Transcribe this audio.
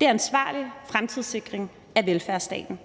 Det er ansvarlig fremtidssikring af velfærdsstaten.